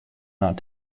not